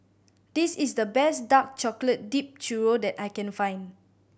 this is the best dark chocolate dipped churro that I can find